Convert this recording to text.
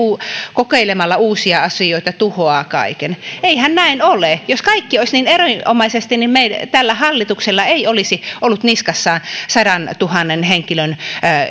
kokeilemalla uusia asioita tuhoaa kaiken niin eihän näin ole jos kaikki olisi niin erinomaisesti niin tällä hallituksella ei olisi ollut niskassaan sadantuhannen henkilön